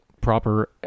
proper